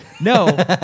no